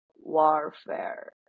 warfare